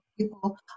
people